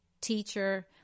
teacher